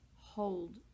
hold